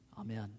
Amen